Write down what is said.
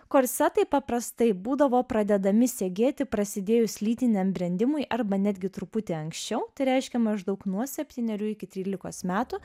korsetai paprastai būdavo pradedami segėti prasidėjus lytiniam brendimui arba netgi truputį anksčiau tai reiškia maždaug nuo septynerių iki trylikos metų